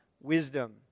wisdom